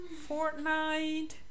Fortnite